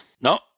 No